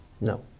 No